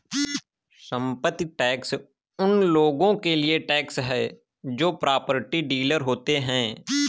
संपत्ति टैक्स उन लोगों के लिए टैक्स है जो प्रॉपर्टी डीलर होते हैं